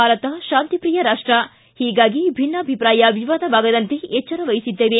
ಭಾರತ ಶಾಂತಿಪ್ರೀಯ ರಾಷ್ಟ ಹೀಗಾಗಿ ಭಿನ್ನಾಭಿಪ್ರಾಯ ವಿವಾದವಾಗದಂತೆ ಎಚ್ಚರ ವಹಿಸಿದ್ದೇವೆ